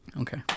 Okay